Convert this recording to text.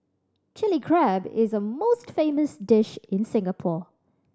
Chilli Crab is a most famous dish in Singapore